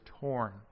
torn